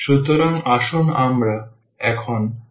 সুতরাং আসুন আমরা এখন আলোচনা করি